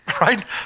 right